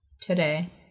today